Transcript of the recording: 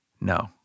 No